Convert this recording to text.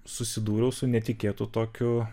susidūriau su netikėtu tokiu